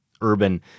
urban